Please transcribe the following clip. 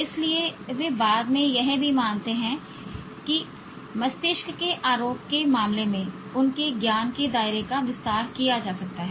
इसलिए वे बाद में यह भी मानते हैं कि मस्तिष्क के आरोप के मामले में उनके ज्ञान के दायरे का विस्तार किया जा सकता है